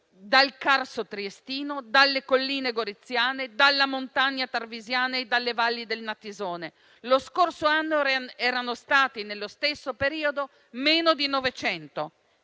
dal Carso triestino, dalle colline goriziane, dalla montagna tarvisiana e dalle valli del Natisone. Lo scorso anno erano stati, nello stesso periodo, meno di 900;